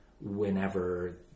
whenever